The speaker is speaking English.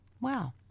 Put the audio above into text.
Wow